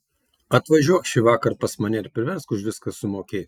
atvažiuok šįvakar pas mane ir priversk už viską sumokėti